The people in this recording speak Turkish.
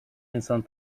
insan